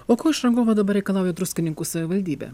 o ko iš rangovo dabar reikalauja druskininkų savivaldybė